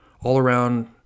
all-around